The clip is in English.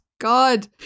god